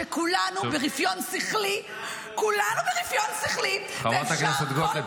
שכולנו ברפיון שכלי --- חברת הכנסת גוטליב,